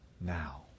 now